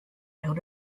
out